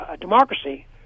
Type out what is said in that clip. democracy